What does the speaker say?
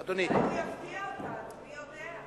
אולי הוא יפתיע אותנו, מי יודע.